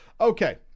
Okay